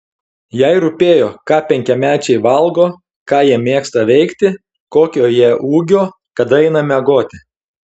jai rūpėjo ką penkiamečiai valgo ką jie mėgsta veikti kokio jie ūgio kada eina miegoti